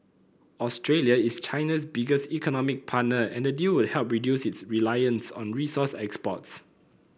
Australia is China's biggest economic partner and the deal would help reduce its reliance on resource exports